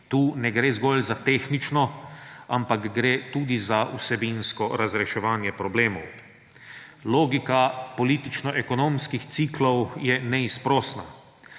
Tu ne gre zgolj za tehnično, ampak gre tudi za vsebinsko razreševanje problemov. Logika politično-ekonomskih ciklov je neizprosna.